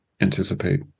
anticipate